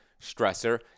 stressor